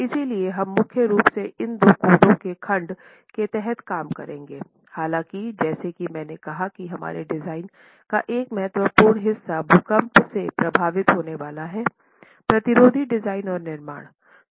इसलिए हम मुख्य रूप से इन दो कोड के खंड के तहत काम करेंगेहालाँकि जैसा कि मैंने कहा कि हमारे डिजाइन का एक महत्वपूर्ण हिस्सा भूकंप से प्रभावित होने वाला है प्रतिरोधी डिजाइन और निर्माण